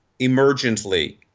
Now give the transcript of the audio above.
emergently